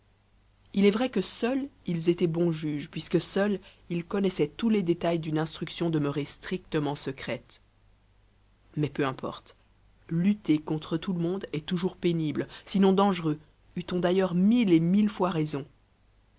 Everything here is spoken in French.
il est vrai que seuls ils étaient bons juges puisque seuls ils connaissaient tous les détails d'une instruction demeurée strictement secrète mais peu importe lutter contre tout le monde est toujours pénible sinon dangereux eût-on d'ailleurs mille et mille fois raison